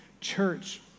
church